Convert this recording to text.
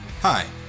Hi